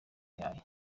bihaye